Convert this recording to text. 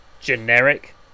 generic